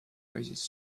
raises